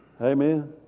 Amen